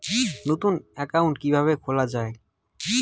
নতুন একাউন্ট কিভাবে খোলা য়ায়?